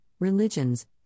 religions